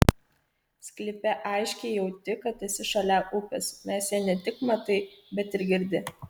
sklype aiškiai jauti kad esi šalia upės nes ją ne tik matai bet ir girdi